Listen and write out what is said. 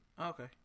Okay